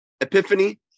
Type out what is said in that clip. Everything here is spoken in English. epiphany